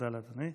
תודה לאדוני.